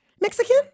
Mexican